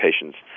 patients